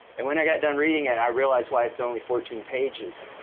and when i got done reading and i realized why it's only fourteen pages.